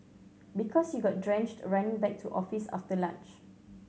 because you got drenched running back to office after lunch